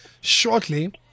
shortly